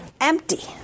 empty